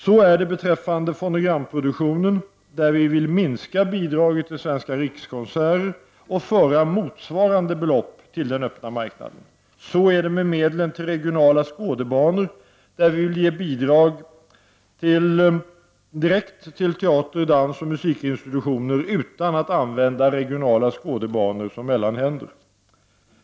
Så förhåller det sig beträffande fonogramproduktionen, där vi vill minska bidraget till Svenska rikskonserter och föra motsvarande belopp till den öppna marknaden. Så är det med medlen till regionala skådebanor, där vi vill ge bidrag direkt till teater-, dansoch musikinstitutioner utan att använda regionala skådebanor som mellanhänder.